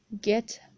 get